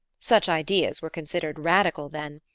such ideas were considered radical then.